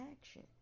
action